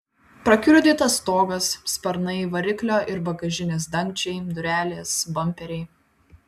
prakiurdytas stogas sparnai variklio ir bagažinės dangčiai durelės bamperiai